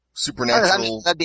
supernatural